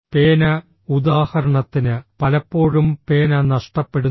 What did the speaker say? പേന ഉദാഹരണത്തിന് പലപ്പോഴും പേന നഷ്ടപ്പെടുന്നു